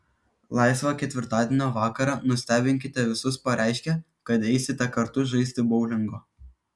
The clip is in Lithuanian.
laisvą ketvirtadienio vakarą nustebinkite visus pareiškę kad eisite kartu žaisti boulingo